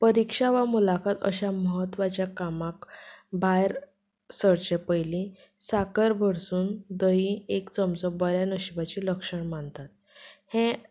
परिक्षा वा मुलाखत अशा म्हत्वाच्या कामाक भायर सरचे पयली साखर भरसून दही एक चमचो बऱ्या नशीबाचें लक्षण मानतात हें